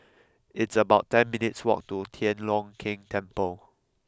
it's about ten minutes' walk to Tian Leong Keng Temple